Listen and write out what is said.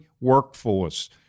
workforce